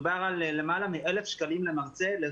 אז אני מבקש לדייק בעובדות.